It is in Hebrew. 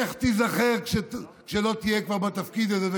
איך תיזכר כשלא תהיה כבר בתפקיד הזה,